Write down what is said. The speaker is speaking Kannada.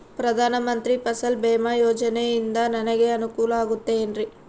ಪ್ರಧಾನ ಮಂತ್ರಿ ಫಸಲ್ ಭೇಮಾ ಯೋಜನೆಯಿಂದ ನನಗೆ ಅನುಕೂಲ ಆಗುತ್ತದೆ ಎನ್ರಿ?